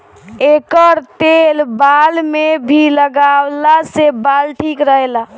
एकर तेल बाल में भी लगवला से बाल ठीक रहेला